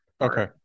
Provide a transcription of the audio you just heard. Okay